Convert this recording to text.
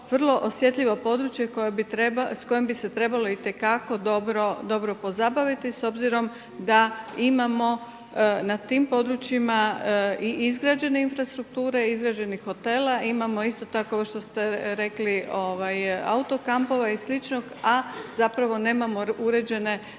vrlo osjetljivo područje s kojim bi se trebalo itekako dobro pozabaviti s obzirom da imamo nad tim područjima i izgrađene infrastrukture, izgrađenih hotela, a imamo isto tako ovo što ste rekli autokampova i slično, a zapravo nemamo uređene